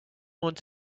want